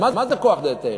הרי מה זה כוח דהיתרא?